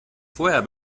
vorher